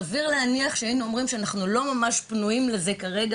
סביר להניח שהיינו אומרים שאנחנו לא ממש פנויים לזה כרגע,